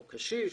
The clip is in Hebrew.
קשיש,